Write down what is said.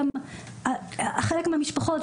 חלק מהמשפחות,